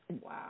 Wow